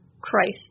Christ